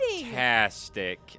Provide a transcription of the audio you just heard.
fantastic